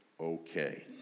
Okay